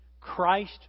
Christ